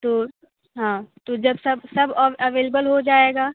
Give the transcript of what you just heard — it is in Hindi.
तो हाँ तो जब सब अवेलेबल हो जाएगा